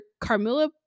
carmilla